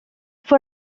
fue